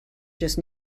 just